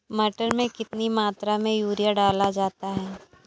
मटर में कितनी मात्रा में यूरिया डाला जाता है?